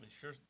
Sure